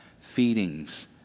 feedings